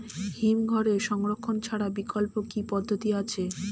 হিমঘরে সংরক্ষণ ছাড়া বিকল্প কি পদ্ধতি আছে?